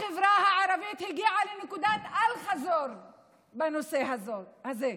החברה הערבית הגיעה לנקודת אל-חזור בנושא הזה.